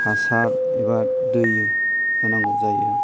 हासार एबा दै होनांगौ जायो